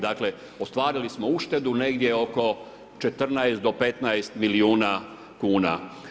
Dakle, ostvarili smo uštedu negdje oko 14 do 15 milijuna kuna.